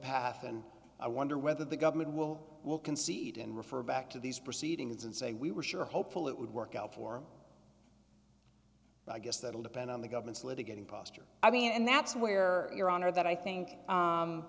path and i wonder whether the government will will concede and refer back to these proceedings and say we were sure hopeful it would work out for i guess that will depend on the government's litigating posture i mean and that's where your honor that i think